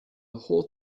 whole